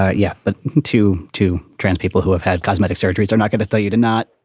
ah yeah. but to two trans people who have had cosmetic surgery, they're not going to tell you to not.